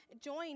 join